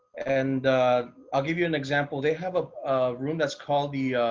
and i'll give you an example. they have a room that's called the